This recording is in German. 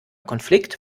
konflikt